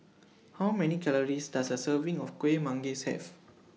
How Many Calories Does A Serving of Kuih Manggis Have